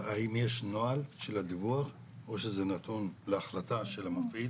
האם יש נוהל של הדיווח או שזה נתון להחלטה של המפעיל,